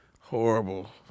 Horrible